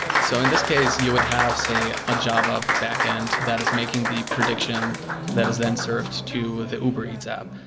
so in this case you would have, say, a java backend that is making the prediction that is then served to the uber eats app,